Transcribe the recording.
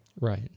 Right